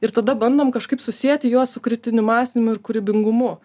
ir tada bandom kažkaip susieti juos su kritiniu mąstymu ir kūrybingumu